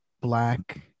black